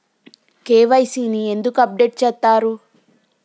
KYC ని ఎందుకు update చేత్తరు?